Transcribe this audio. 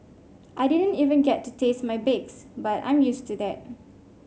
I didn't even get to taste my bakes but I'm used to that